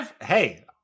Hey